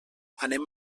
anem